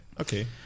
okay